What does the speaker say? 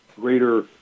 greater